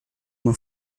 uma